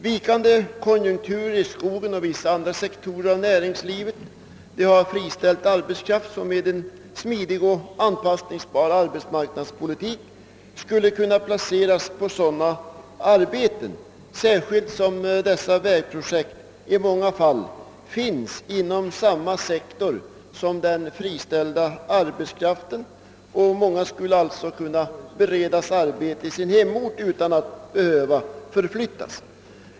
Vikande konjunkturer i skogen och vissa andra sektorer av näringslivet har friställt arbetskraft som med en smidig och anpassningsbar arbetsmarknadspolitik skulle kunna placeras på sådana arbeten, särskilt som dessa vägprojekt i många fall finns inom samma sektor som den friställda arbetskraften. Många skulle alltså kunna beredas arbete i sin hemort utan att behöva förflyttas.